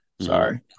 sorry